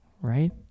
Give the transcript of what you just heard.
right